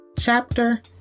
chapter